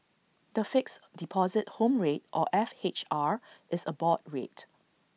the Fixed Deposit Home Rate or F H R is A board rate